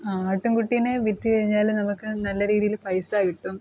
ആട്ടിൻകുട്ടീനെ വിറ്റു കഴിഞ്ഞാൽ നമുക്ക് നല്ല രീതിയിൽ പൈസ കിട്ടും